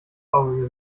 auge